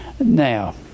now